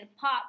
pop